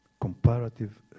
comparative